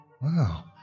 Wow